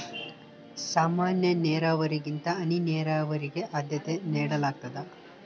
ಸಾಮಾನ್ಯ ನೇರಾವರಿಗಿಂತ ಹನಿ ನೇರಾವರಿಗೆ ಆದ್ಯತೆ ನೇಡಲಾಗ್ತದ